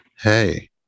hey